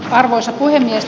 arvoisa puhemies